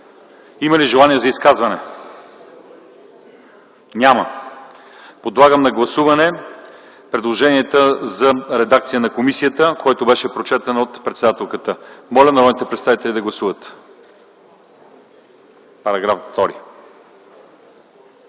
Има ли желание за изказвания? Няма. Подлагам на гласуване предложенията за редакция на комисията, които бяха прочетени от председателката. Моля, народните представители да гласуват § 2.